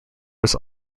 was